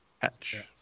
Patch